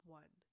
one